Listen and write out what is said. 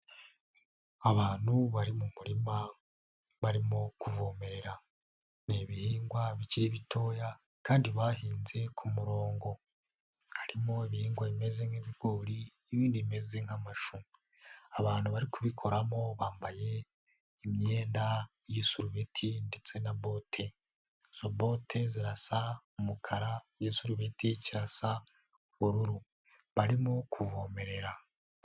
Abantu bari mu murima barimo kuvomerera. Ni ibihingwa bikiri bitoya kandi bahinze ku murongo harimo ibihingwa bimeze nk'ibigori, ibindi bimeze nk'amashu. Abantu babikoramo bambaye imyenda y'igisubeti ndetse na bote, izo bote zirasa umukara n'igisurubeti cyirasa ubururu barimo kuvomerera.